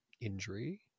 injury